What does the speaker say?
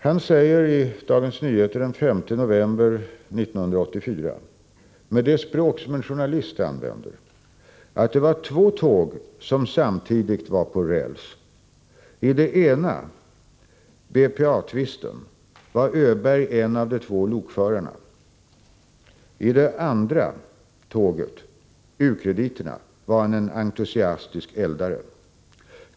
Han säger i Dagens Nyheter den 5 november 1984 med det språk som en journalist använder: ”Det var två tåg som samtidigt var på räls. I det ena — BPA-tvisten — var Öberg en av de två lokförarna. I det andra tåget — u-krediterna — var han en entusiastisk eldare.